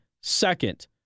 second